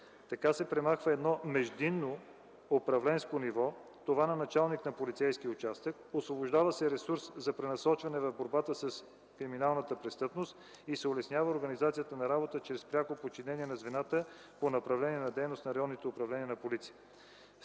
Така се премахва едно междинно управленско ниво – това на началник на полицейски участък, освобождава се ресурс за пренасочване в борбата с криминалната престъпност и се улеснява организацията на работа чрез пряко подчинение на звената по направление на дейност на районните управления на полицията.